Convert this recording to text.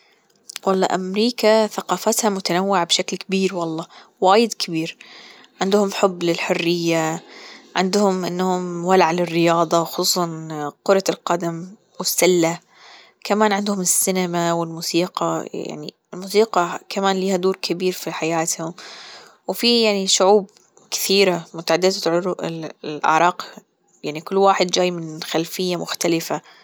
والله أمريكا ثقافتها متنوعة بشكل كبير والله وايد كبير عندهم حب للحرية عندهم إنهم ولع للرياضة وخصوصا كرة القدم والسلة كمان عندهم السينما والموسيقى يعني الموسيقى كمان لها دور كبير في حياتهم وفي يعني شعوب كتيرة متعددة الأعراق يعني كل واحد جاي من خلفية مختلفة.